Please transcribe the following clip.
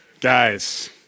Guys